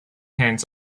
hands